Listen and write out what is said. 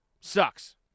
sucks